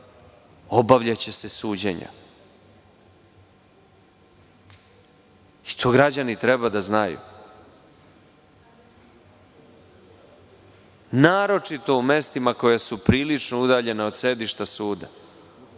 obavljaće se suđenja. To građani treba da znaju. Naročito u mestima koja su prilično udaljena od mesta suda.